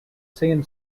seen